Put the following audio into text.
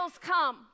come